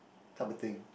type of thing